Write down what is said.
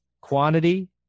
quantity